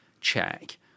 check